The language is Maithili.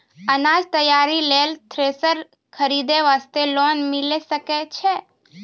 अनाज तैयारी लेल थ्रेसर खरीदे वास्ते लोन मिले सकय छै?